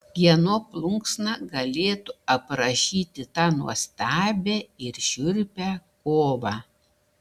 kieno plunksna galėtų aprašyti tą nuostabią ir šiurpią kovą